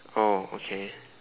oh okay